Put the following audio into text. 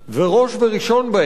וראש וראשון בהם